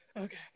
okay